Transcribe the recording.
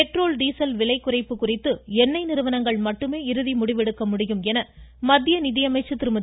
petrol diesel விலை குறைப்பு குறித்து எண்ணெய் நிறுவனங்கள் மட்டுமே இறுதி முடிவு எடுக்க முடியும் என்று மத்திய நிதியமைச்சர் திருமதி